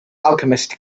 alchemist